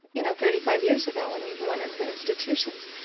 you know, thirty five years ago when he went into institutions,